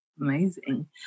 Amazing